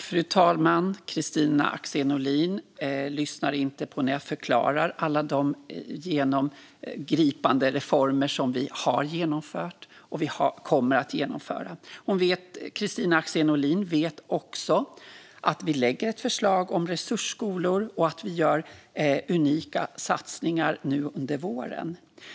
Fru talman! Kristina Axén Olin lyssnar inte när jag förklarar alla de genomgripande reformer som vi har genomfört och som vi kommer att genomföra. Kristina Axén Olin vet att vi lägger fram ett förslag om resursskolor och att vi gör unika satsningar nu under våren.